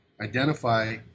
identify